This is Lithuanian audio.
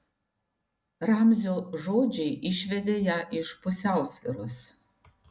ramzio žodžiai išvedė ją iš pusiausvyros